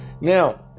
Now